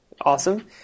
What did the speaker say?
Awesome